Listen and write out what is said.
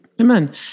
Amen